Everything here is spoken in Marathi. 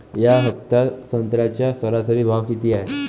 या हफ्त्यात संत्र्याचा सरासरी भाव किती हाये?